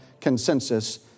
consensus